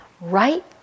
right